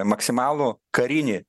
maksimalų karinį